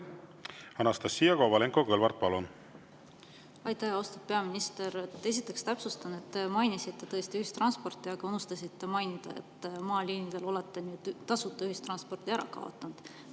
Anastassia Kovalenko-Kõlvart, palun! Aitäh! Austatud peaminister! Täpsustan, te mainisite tõesti ühistransporti, aga unustasite mainida, et maaliinidel olete tasuta ühistranspordi ära kaotanud.